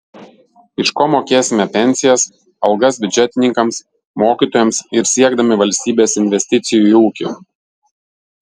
iš ko mokėsime pensijas algas biudžetininkams mokytojams ir siekdami valstybės investicijų į ūkį